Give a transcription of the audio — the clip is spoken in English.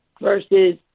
versus